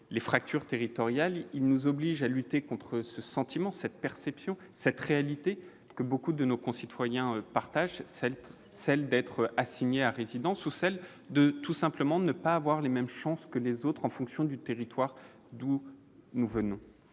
les fractures territoriales il nous oblige à lutter contre ce sentiment, cette perception cette réalité que beaucoup de nos concitoyens partagent celle d'être assigné à résidence, ou celle de tout simplement de ne pas avoir les mêmes chances que les autres en fonction du territoire d'où nous venons